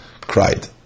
cried